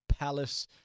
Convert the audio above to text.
Palace